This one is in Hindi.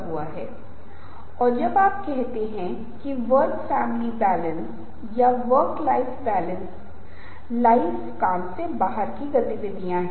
रवैयों इस अर्थ में भावनात्मक हैं उनका भावनात्मक अर्थ होता है उदाहरण के लिए कि जब मैं अच्छा या बुरा कहता हूं जिसमे मूल्य निर्णय शामिल है और जब मूल्य निर्णय शामिल होते हैं इसका मतलब है कि अच्छे और बुरे की अवधारणा आती है